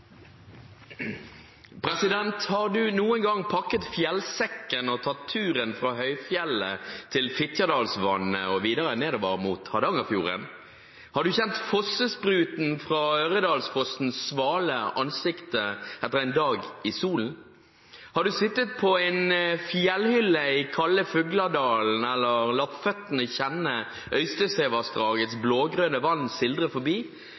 President! Har du noen gang pakket fjellsekken og tatt turen fra høyfjellet til Fitjadalsvatnet og videre nedover mot Hardangerfjorden? Har du kjent fossespruten fra Ørredalsfossen svale ansiktet etter en dag i solen? Har du sittet på en fjellhylle i kalde Fugladalen eller latt føttene kjenne Øystesevassdragets blågrønne vann sildre forbi?